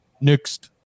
next